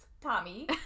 Tommy